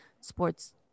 sports